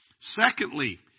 Secondly